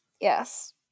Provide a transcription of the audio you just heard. Yes